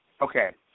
Okay